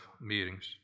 meetings